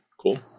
cool